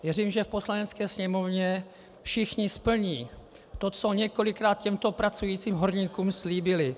Věřím, že v Poslanecké sněmovně všichni splní to, co několikrát těmto pracujícím horníkům slíbili.